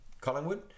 Collingwood